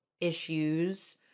issues